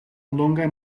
longaj